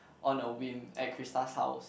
on a whim at Christa's house